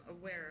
aware